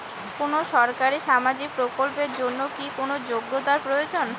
কোনো সরকারি সামাজিক প্রকল্পের জন্য কি কোনো যোগ্যতার প্রয়োজন?